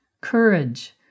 courage